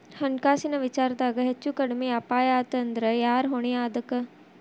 ಹಣ್ಕಾಸಿನ್ ವಿಚಾರ್ದಾಗ ಹೆಚ್ಚು ಕಡ್ಮಿ ಅಪಾಯಾತಂದ್ರ ಯಾರ್ ಹೊಣಿ ಅದಕ್ಕ?